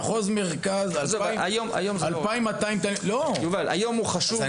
היום הזה חשוב,